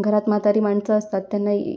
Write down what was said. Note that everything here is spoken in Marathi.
घरात म्हातारी माणसं असतात त्यांनाही